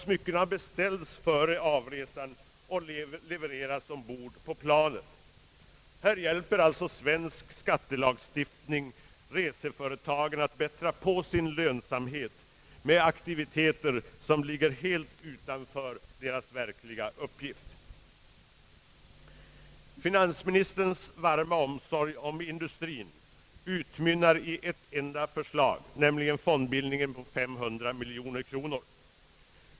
Smyckena beställs före avresan och levereras ombord på planet. Här hjälper alltså svensk skattelagstiftning reseföretagen att bättra på sin lönsamhet med aktiviteter som ligger helt utanför deras verkliga uppgift. Finansministerns varma omsorg om industrien utmynnar i ett enda förslag, nämligen fondbildningen på 500 miljoner kronor.